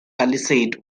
palisade